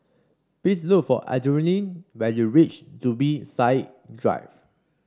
please look for Adrienne when you reach Zubir Said Drive